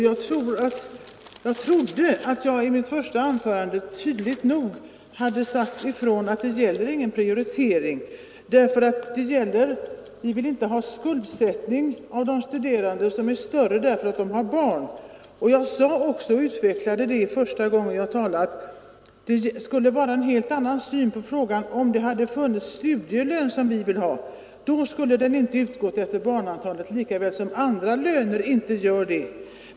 Jag trodde att jag i mitt första anförande tydligt nog hade sagt ifrån att det inte är fråga om någon prioritering. Vad det gäller är att vi inte vill att studerande skall ha större skuldsättning därför att de har barn, och jag utvecklade också detta. Det skulle vara en helt annan syn på frågan om det hade funnits studielön, som vi vill ha. Då skulle den inte utgå efter barnantalet, likaväl som andra löner inte gör det.